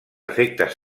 efectes